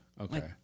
okay